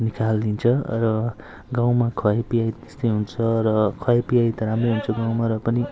निकालिदिन्छ र गाउँमा खुवाइपियाइ त्यस्तै हुन्छ र खुवाइपियाइ त राम्रै हुन्छ गाउँमा र पनि